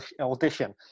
audition